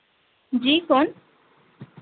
जी कु'न